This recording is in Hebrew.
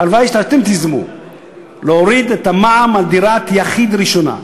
הלוואי שאתם תיזמו להוריד את המע"מ על דירת יחיד ראשונה.